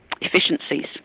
efficiencies